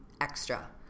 extra